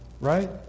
right